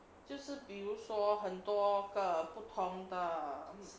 就是比如说很多个不同的